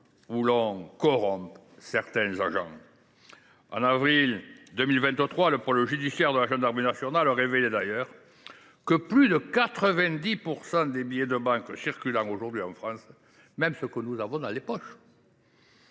où l’on corrompt certains agents. En avril 2023, le pôle judiciaire de la gendarmerie nationale révélait d’ailleurs que plus de 90 % des billets de banque circulant aujourd’hui en France – y compris ceux que nous avons en poche